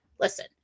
Listen